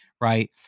Right